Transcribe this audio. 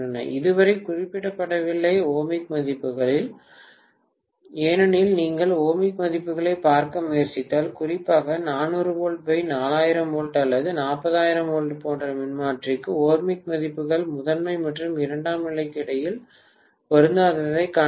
இதுவரை குறிப்பிடப்படவில்லை ஓமிக் மதிப்புகளில் ஏனெனில் நீங்கள் ஓமிக் மதிப்புகளைப் பார்க்க முயற்சித்தால் குறிப்பாக 400 V 4000 V அல்லது 40000 V போன்ற மின்மாற்றிக்கு ஓமிக் மதிப்புகள் முதன்மை மற்றும் இரண்டாம் நிலைக்கு இடையில் பொருந்தாததைக் காண்பீர்கள்